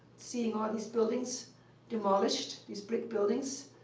seeing all these buildings demolished, these brick buildings.